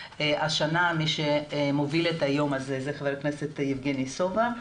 השנה מי שמוביל את היום הזה הוא חבר הכנסת יבגני סובה.